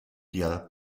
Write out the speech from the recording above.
der